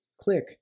click